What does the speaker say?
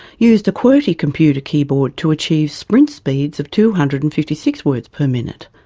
used a qwerty computer keyboard to achieve sprint speeds of two hundred and fifty six words per minute.